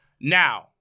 Now-